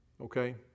Okay